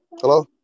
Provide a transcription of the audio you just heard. Hello